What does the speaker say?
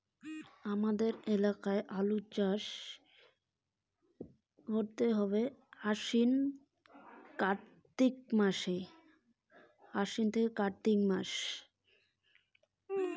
হামার এলাকাত আলু চাষের সঠিক সময় কুনটা যখন এইটা অসময়ের বৃষ্টিত ক্ষতি হবে নাই?